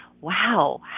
Wow